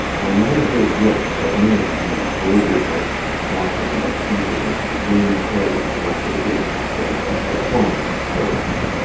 i ne'er heard yet that any of these bolder vices wanted less impudence to gainsay what they did than to perform it first.